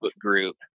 group